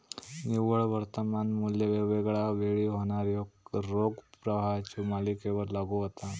निव्वळ वर्तमान मू्ल्य वेगवेगळा वेळी होणाऱ्यो रोख प्रवाहाच्यो मालिकेवर लागू होता